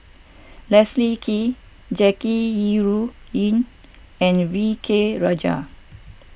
Leslie Kee Jackie Yi Ru Ying and V K Rajah